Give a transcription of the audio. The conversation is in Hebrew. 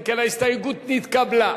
אם כן, ההסתייגות נתקבלה.